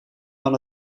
van